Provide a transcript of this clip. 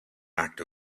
act